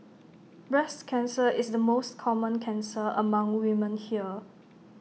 breast cancer is the most common cancer among women here